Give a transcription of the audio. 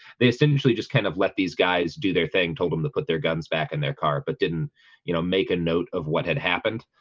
they essentially just kind of let these guys do their thing told them to put their guns back in their car but didn't you know make a note of what had happened?